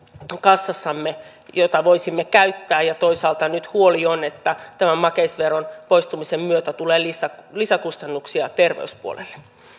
kassassamme jota voisimme käyttää ja toisaalta nyt on huoli että tämän makeisveron poistumisen myötä tulee lisäkustannuksia terveyspuolelle